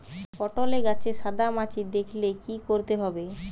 পটলে গাছে সাদা মাছি দেখালে কি করতে হবে?